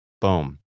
boom